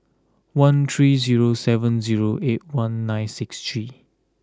one three zero seven zero eight one nine six three